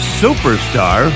superstar